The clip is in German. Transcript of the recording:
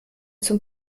zum